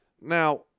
Now